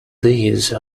these